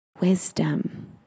Wisdom